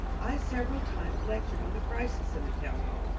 i several times lectured on the crisis in the town hall,